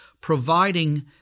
providing